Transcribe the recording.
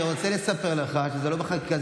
אני רוצה לספר לך שזה לא בחקיקה,